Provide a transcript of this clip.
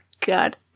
God